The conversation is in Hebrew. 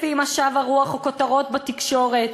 לפי משב הרוח או כותרות בתקשורת.